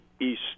East